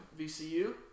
VCU